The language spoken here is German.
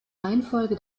reihenfolge